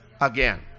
again